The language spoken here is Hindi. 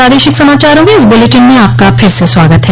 प्रादेशिक समाचारों के इस बुलेटिन में आपका फिर से स्वागत है